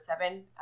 seven